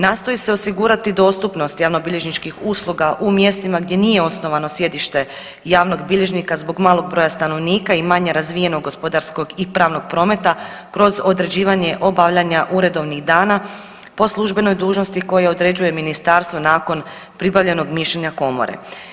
Nastoji se osigurati dostupnost javnobilježničkih usluga u mjestima gdje nije osnovano sjedište javnog bilježnika zbog malog broja stanovnika i manje razvijenog gospodarskog i pravnog prometa kroz određivanje obavljanja uredovnih dana po službenoj dužnosti koje određuje ministarstvo nakon pribavljenog mišljenja komore.